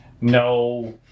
No